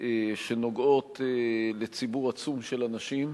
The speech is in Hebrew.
שנוגעות לציבור עצום של אנשים,